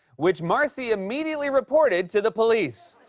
which marcie immediately reported to the police.